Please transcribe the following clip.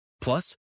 Plus